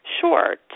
Sure